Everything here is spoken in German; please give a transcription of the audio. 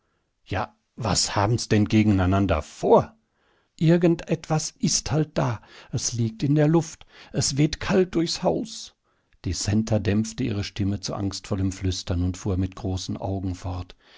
ja was haben's denn gegeneinander vor irgend etwas ist halt da es liegt in der luft es weht kalt durchs haus die centa dämpfte ihre stimme zu angstvollem flüstern und fuhr mit großen augen fort